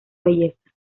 belleza